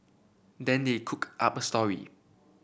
then they cooked up a story